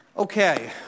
Okay